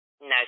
No